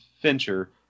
Fincher